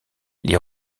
les